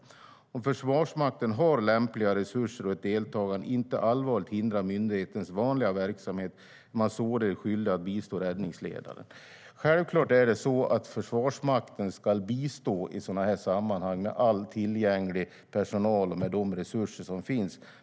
Om Försvarsmakten har lämpliga resurser och ett deltagande inte allvarligt hindrar myndighetens vanliga verksamhet är man således skyldig att bistå räddningsledaren. Självklart ska Försvarsmakten i sådana här sammanhang bistå med all tillgänglig personal och de resurser som finns.